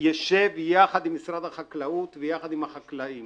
ישב יחד עם משרד החקלאות ויחד עם החקלאים